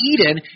Eden